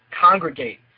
Congregate